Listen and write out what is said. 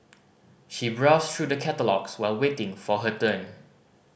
she browsed through the catalogues while waiting for her turn